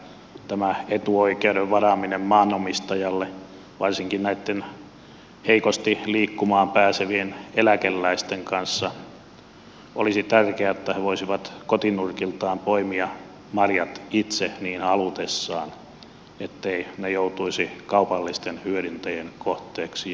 ja tämä etuoikeuden varaaminen maanomistajalle varsinkin heikosti liikkumaan pääsevien eläkeläisten kanssa olisi tärkeää että he voisivat kotinurkiltaan poimia marjat itse niin halutessaan etteivät ne joutuisi kaupallisten hyödyntäjien kohteeksi